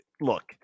look